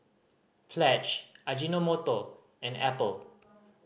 Pledge Ajinomoto and Apple